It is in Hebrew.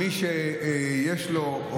מי שיש לו,